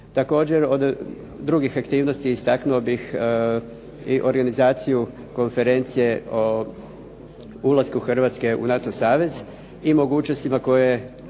Također od drugih aktivnosti istaknuo bih i organizaciju konferencije o ulasku Hrvatske u NATO savez i mogućnostima koje